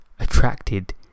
attracted